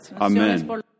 Amen